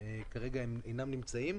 והם כרגע לא נמצאים.